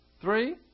Three